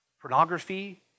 pornography